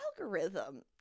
algorithm